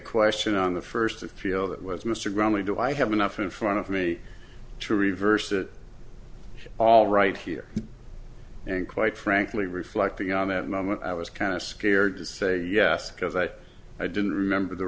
question on the first feel that was mr gramley do i have enough in front of me to reverse it all right here and quite frankly reflecting on that moment i was kind of scared to say yes because i i didn't remember the